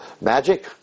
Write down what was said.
magic